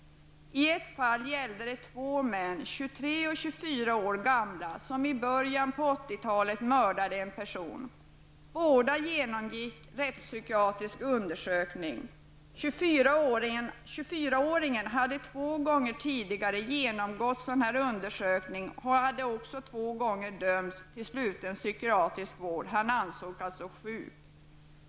Ett fall handlade om två män, 23 och 24 år gamla, som i början av 80-talet mördade en person. Båda genomgick rättspsykiatrisk undersökning. 24 åringen hade två gånger tidigare genomgått rättspsykiatriska undersökningar och två gånger dömts till sluten psykiatrisk vård. Han ansågs alltså sjuk.